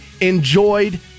enjoyed